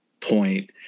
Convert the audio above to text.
point